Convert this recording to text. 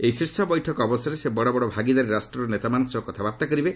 ଏହି ଶୀର୍ଷ ବୈଠକ ଅବସରରେ ସେ ବଡ଼ ବଡ଼ ଭାଗିଦାରୀ ରାଷ୍ଟ୍ରର ନେତାମାନଙ୍କ ସହ କଥାବାର୍ତ୍ତା କରିବେ